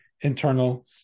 internal